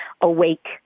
awake